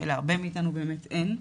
שלהרבה מאיתנו באמת אין,